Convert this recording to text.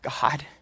God